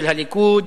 של הליכוד,